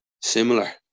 similar